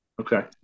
Okay